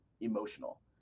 emotional